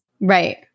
Right